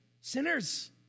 sinners